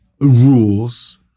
rules